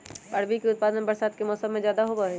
अरबी के उत्पादन बरसात के मौसम में ज्यादा होबा हई